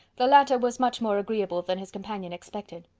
the latter was much more agreeable than his companion expected.